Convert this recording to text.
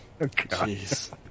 Jeez